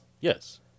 Yes